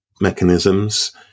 mechanisms